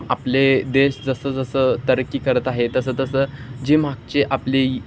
आपले देश जसं जसं तरक्की करत आहे तसं तसं जे मागचे आपले